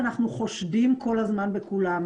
רק הגדולים מוסדרים בהיתרי רעלים וכל האחרים